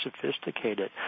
sophisticated